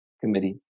Committee